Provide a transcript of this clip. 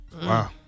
Wow